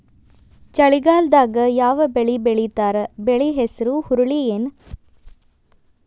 ಚಳಿಗಾಲದಾಗ್ ಯಾವ್ ಬೆಳಿ ಬೆಳಿತಾರ, ಬೆಳಿ ಹೆಸರು ಹುರುಳಿ ಏನ್?